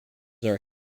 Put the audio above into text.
are